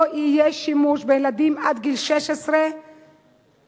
לא יהיה שימוש בילדים עד גיל 16 בפרסומות.